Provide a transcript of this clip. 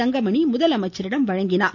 தங்கமணி முதலமைச்சரிடம் வழங்கினார்